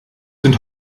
sind